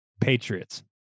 Patriots